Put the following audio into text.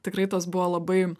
tikrai tas buvo labai